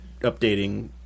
updating